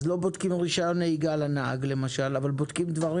לא בודקים רישיון נהיגה לנהג אבל בודקים דברים